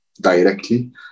directly